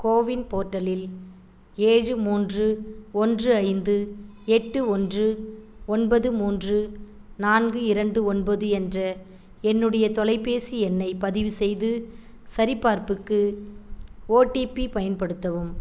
CoWIN போர்ட்டலில் ஏழு மூன்று ஒன்று ஐந்து எட்டு ஒன்று ஒன்பது மூன்று நான்கு இரண்டு ஒன்பது என்ற என்னுடைய தொலைபேசி எண்ணைப் பதிவு செய்து சரிபார்ப்புக்கு ஓடிபி பயன்படுத்தவும்